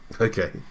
Okay